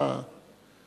בקריטריונים האלה?